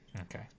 okay